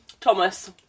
Thomas